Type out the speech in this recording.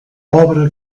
pobre